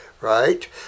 Right